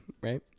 right